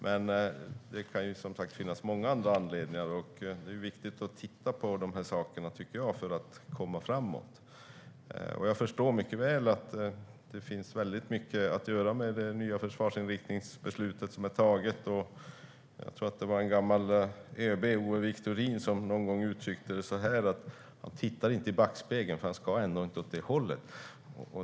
Men det kan som sagt finnas många andra anledningar, och jag tycker att det är viktigt att titta på de här sakerna för att komma framåt. Jag förstår mycket väl att det finns väldigt mycket att göra med det nya försvarsinriktningsbeslutet som är taget. Jag tror att det var en gammal ÖB, Owe Wiktorin, som någon gång uttryckte det så här: Jag tittar inte i backspegeln, för jag ska ändå inte åt det hållet.